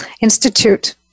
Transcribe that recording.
Institute